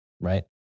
right